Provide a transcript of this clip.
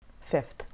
Fifth